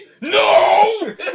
No